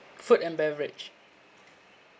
food and beverage